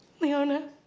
Leona